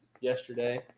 yesterday